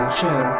show